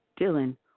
Dylan